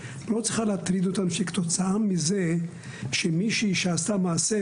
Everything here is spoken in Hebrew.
לא צריכים להטריד אותנו שכתוצאה מזה שמישהי עשתה מעשה,